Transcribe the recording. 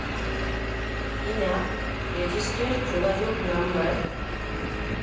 ᱤᱧᱟ ᱜ ᱨᱮᱡᱤᱥᱴᱟᱨ ᱡᱳᱜᱟᱡᱳᱜᱽ ᱱᱟᱢᱵᱟᱨ